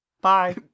Bye